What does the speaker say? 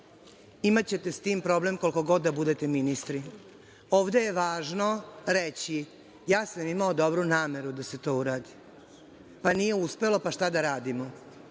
imaćete sa tim problem koliko god da budete ministri. Ovde je važno reći – ja sam imao dobru nameru da se to uradi, pa nije uspelo, pa šta da radimo.